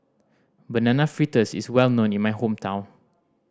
Banana Fritters is well known in my hometown